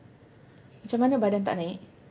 macam mana badan tak naik